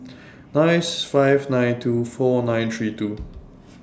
nine five nine two four nine three two